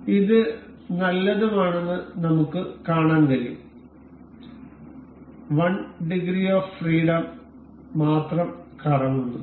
അതിനാൽ ഇത് നല്ലതുമാണെന്ന് നമുക്ക് കാണാൻ കഴിയും one degree of freedom one degree of freedom മാത്രം കറങ്ങുന്നു